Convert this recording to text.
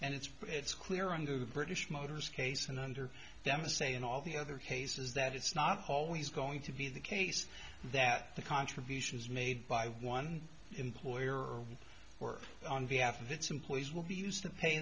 and it's it's clear on the british motors case and under them a say in all the other cases that it's not always going to be the case that the contributions made by one employer or work on behalf of its employees will be used to pay